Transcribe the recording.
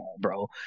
bro